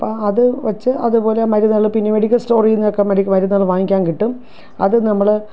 അപ്പോള് അത് വച്ച് അതുപോലെ മരുന്നുകള് പിന്നെ മെഡിക്കൽ സ്റ്റോറില്നിന്നൊക്കെ മരുന്നുകള് വാങ്ങിക്കാൻ കിട്ടും അത് നമ്മള്